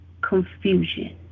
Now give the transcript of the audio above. confusion